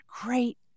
great